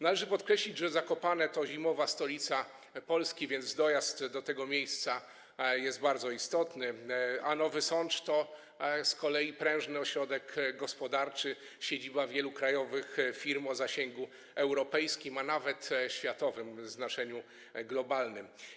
Należy podkreślić, że Zakopane to zimowa stolica Polski, więc dojazd do tego miejsca jest bardzo istotny, a Nowy Sącz to z kolei prężny ośrodek gospodarczy, siedziba wielu krajowych firm o zasięgu europejskim, a nawet światowym w znaczeniu globalnym.